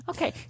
Okay